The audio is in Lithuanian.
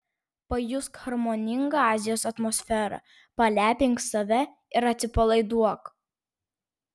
pajusk harmoningą azijos atmosferą palepink save ir atsipalaiduok